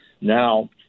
now